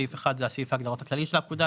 סעיף 1 זה סעיף ההגדרות הכללי של הפקודה,